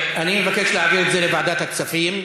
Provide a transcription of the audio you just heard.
אני מבקש להעביר את זה לוועדת הכספים.